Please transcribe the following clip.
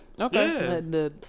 Okay